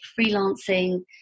freelancing